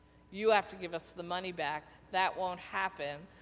you have to give us the money back, that won't happen,